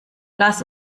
lass